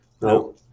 No